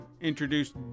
introduced